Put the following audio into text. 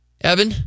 Evan